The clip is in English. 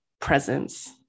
presence